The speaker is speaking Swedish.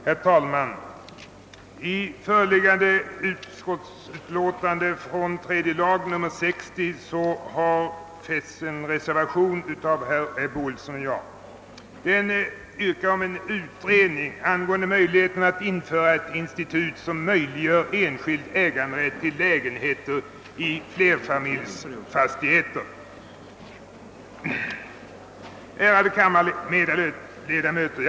Herr talman! Till föreliggande utlåtande nr 60 från tredje lagutskottet har fogats en reservation av herr Ebbe Ohlsson och mig. Den yrkar på en »utredning angående möjligheterna att införa ett institut som möjliggör enskild äganderätt till lägenheter i flerfamiljsfastighet». Ärade kammarledamöter!